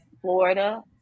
Florida